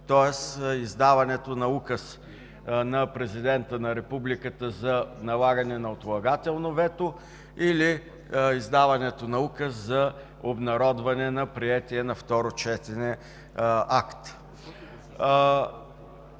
Тоест издаването на указ на президента на републиката за налагане на отлагателно вето или издаването на указ за обнародване на приетия на второ четене акт.